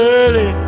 early